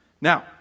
Now